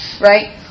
right